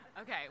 Okay